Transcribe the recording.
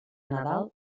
nadal